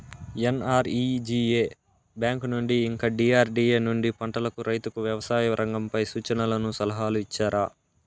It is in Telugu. ఎన్.ఆర్.ఇ.జి.ఎ బ్యాంకు నుండి ఇంకా డి.ఆర్.డి.ఎ నుండి పంటలకు రైతుకు వ్యవసాయ రంగంపై సూచనలను సలహాలు ఇచ్చారా